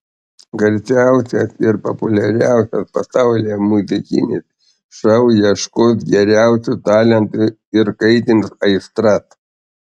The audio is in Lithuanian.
garsiausias ir populiariausias pasaulyje muzikinis šou ieškos geriausių talentų ir kaitins aistras